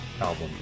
album